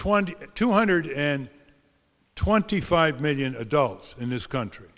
twenty two hundred and twenty five million adults in this country